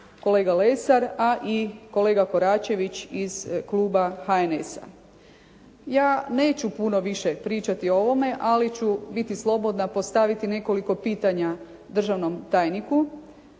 kolega Lesar, a i kolega Koračević iz kluba HNS-a. Ja neću puno više pričati o ovome ali ću biti slobodna postaviti nekoliko pitanja državnom tajniku.